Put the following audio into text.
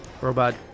robot